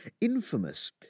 infamous